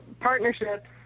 partnerships